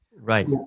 Right